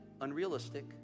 unrealistic